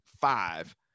five